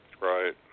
Right